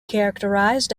characterized